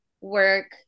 work